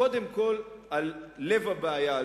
קודם כול על לב הבעיה,